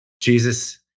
Jesus